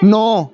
ਨੌਂ